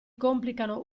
complicano